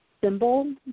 symbol